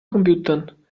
computern